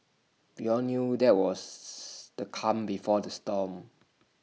we all knew that IT was the calm before the storm